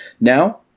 Now